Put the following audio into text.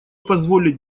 позволить